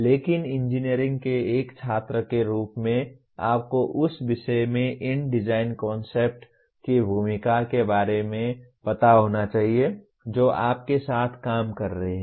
लेकिन इंजीनियरिंग के एक छात्र के रूप में आपको उस विषय में इन डिज़ाइन कन्सेप्ट् की भूमिका के बारे में पता होना चाहिए जो आप के साथ काम कर रहे हैं